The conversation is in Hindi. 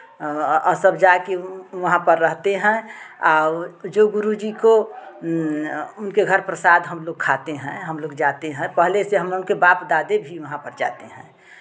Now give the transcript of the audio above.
सब जाके वहां पर रहते हैं आ जो गुरूजी को उनके घर प्रसाद हमलोग खाते हैं हमलोग जाते हैं पहले से हमलोगों के बाप दादा भी वहां पे जाते हैं